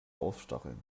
aufstacheln